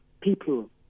people